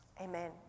Amen